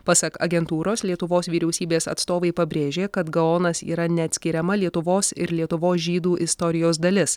pasak agentūros lietuvos vyriausybės atstovai pabrėžė kad gaonas yra neatskiriama lietuvos ir lietuvos žydų istorijos dalis